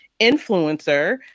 influencer